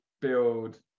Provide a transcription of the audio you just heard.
build